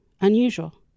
unusual